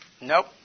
Nope